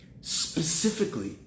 Specifically